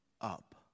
up